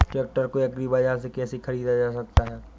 Tractor को agri बाजार से कैसे ख़रीदा जा सकता हैं?